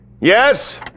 Yes